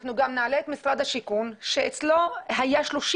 אנחנו גם נעלה את משרד השיכון שאצלו היו 35